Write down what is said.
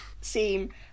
seem